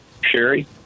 Sherry